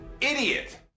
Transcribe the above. idiot